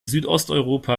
südosteuropa